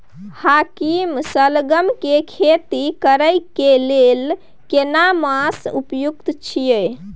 हाकीम सलगम के खेती करय के लेल केना मास उपयुक्त छियै?